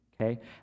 Okay